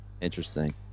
Interesting